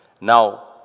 Now